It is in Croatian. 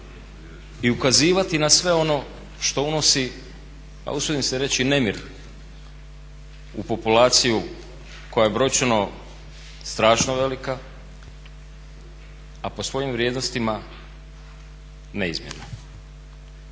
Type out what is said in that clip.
i ukazivati na sve ono što unosi, a usudim se reći nemir u populaciju koja je brojčano strašno velika, a po svojim vrijednostima neizmjerna.